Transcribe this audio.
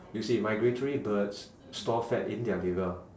you see migratory birds store fat in their liver